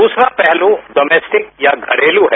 दूसरा पहलू डॉमेस्टिक या घरेलू है